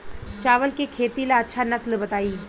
चावल के खेती ला अच्छा नस्ल बताई?